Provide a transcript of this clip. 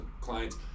clients